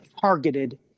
targeted